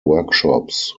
workshops